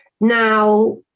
now